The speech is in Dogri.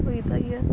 धोई धाइयै